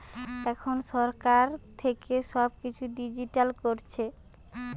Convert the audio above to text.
এখন সরকার থেকে সব কিছু ডিজিটাল করছে